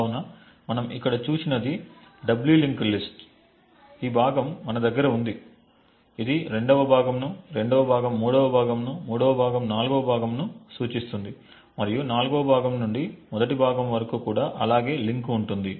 కాబట్టి మనం ఇక్కడ చూసినది డబ్లీ లింక్డ్ లిస్ట్ ఈ భాగం మన దగ్గర ఉంది ఇది రెండవ భాగంను రెండవ భాగం మూడవ భాగంను మూడవ భాగం నాలుగు భాగంను సూచిస్తుంది మరియు నాల్గవ భాగం నుండి మొదటి భాగం వరకు కూడా అలాగే లింక్ ఉంటుంది